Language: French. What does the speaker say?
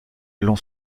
l’on